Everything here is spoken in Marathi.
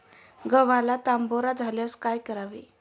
गव्हाला तांबेरा झाल्यास काय करावे?